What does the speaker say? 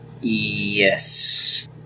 Yes